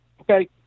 okay